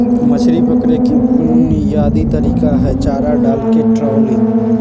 मछरी पकड़े के बुनयादी तरीका हई चारा डालके ट्रॉलिंग